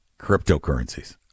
cryptocurrencies